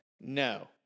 No